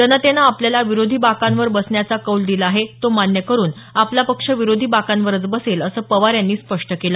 जनतेने आपल्याला विरोधी बाकांवर बसण्याचा कौल दिला आहे तो मान्य करून आपला पक्ष विरोधी बाकांवरच बसेल असं पवार यांनी स्पष्ट केलं